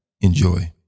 enjoy